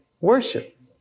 worship